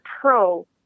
pro